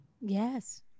yes